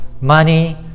money